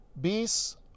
Beasts